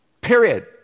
Period